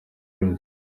bruce